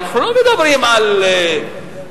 ואנחנו לא מדברים על מיליון,